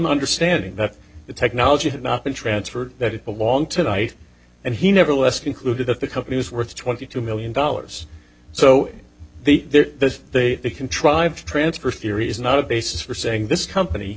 understanding that the technology had not been transferred that it belonged to night and he never less concluded that the company was worth twenty two million dollars so the they the contrived transfer theory is not a basis for saying this company